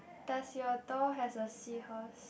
does your door has a seahorse